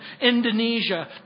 Indonesia